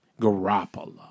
Garoppolo